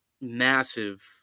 massive